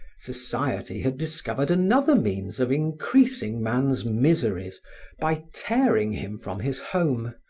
society had discovered another means of increasing man's miseries by tearing him from his home,